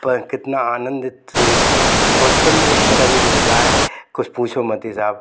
पर कितना आनंदित प्रफुल्ल शरीर होता है कुछ पूछो मत ही साहब